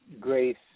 grace